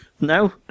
No